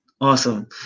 Awesome